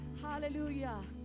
Hallelujah